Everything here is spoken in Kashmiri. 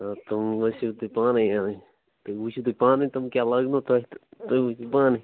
آ تِم ؤسِو تُہۍ پانٕے تِم وُچھِو تُہۍ پانے تِم کیٛاہ لگنَو تۄہہِ تہٕ تُہۍ وُچھِو پَانٕے